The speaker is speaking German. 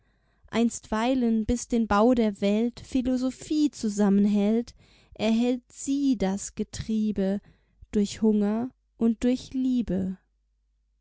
einstweilen bis den bau der welt philosophie zusammenhält erhält s i e das getriebe durch hunger und durch liebe